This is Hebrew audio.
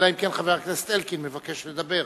אלא אם כן חבר הכנסת אלקין מבקש לדבר.